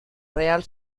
real